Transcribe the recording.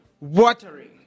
watering